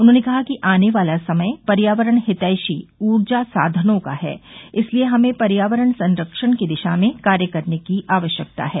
उन्होंने कहा कि आने वाला समय पर्यावरण हितैषी ऊर्जा साधनों का है इसलिये हमें पर्यावरण संरक्षण की दिशा में कार्य करने की आवश्यकता है